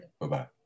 bye-bye